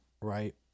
right